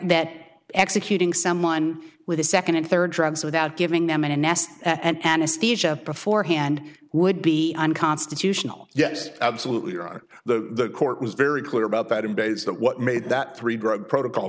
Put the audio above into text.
that executing someone with a second and third drugs without giving them an ass and anesthesia beforehand would be unconstitutional yes absolutely or the court was very clear about that in days that what made that three drug protocol